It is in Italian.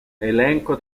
elenco